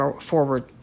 forward